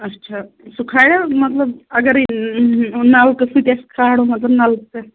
اچھا سُہ کھاریا مَطلَب اَگَرے نَلکہٕ سۭتی اَسہِ کھارُن مَطلَب نَلکہٕ پیٚٹھٕ